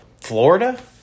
Florida